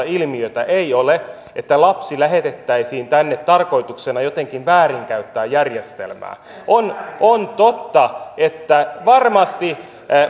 ilmiötä ei ole että lapsi lähetettäisiin tänne tarkoituksena jotenkin väärinkäyttää järjestelmää on on totta että varmasti